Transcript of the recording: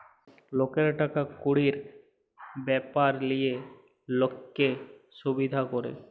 লকের টাকা কুড়ির ব্যাপার লিয়ে লক্কে সুবিধা ক্যরে